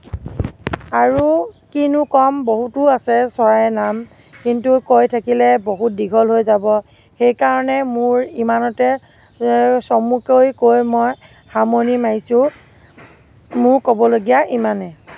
আৰু কিনো ক'ম বহুতো আছে চৰাইৰ নাম কিন্তু কৈ থাকিলে বহুত দীঘল হৈ যাব সেইকাৰণে মোৰ ইমানতে চমুকৈ কৈ মই সামৰণি মাৰিছোঁ মোৰ ক'বলগীয়া ইমানেই